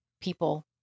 people